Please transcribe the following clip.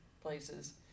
places